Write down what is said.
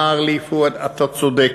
הוא אמר לי: פואד, אתה צודק.